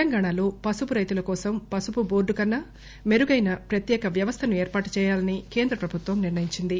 తెలంగాణలో పసుపు రైతుల కోసం పసుపు బోర్టుకన్నా మెరుగైన ప్రత్యేక వ్యవస్థను ఏర్పాటు చేయాలని కేంద్ర ప్రభుత్వం నిర్ణయించింది